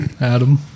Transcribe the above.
Adam